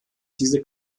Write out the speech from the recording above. diese